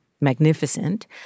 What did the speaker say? magnificent